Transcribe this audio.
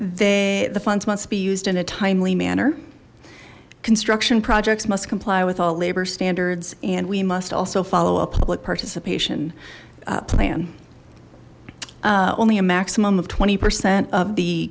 they the funds must be used in a timely manner construction projects must comply with all labor standards and we must also follow a public participation plan only a maximum of twenty percent of the